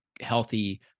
healthy